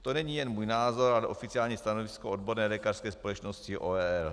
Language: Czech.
To není jen můj názor, ale oficiální stanovisko odborné lékařské společnosti ORL.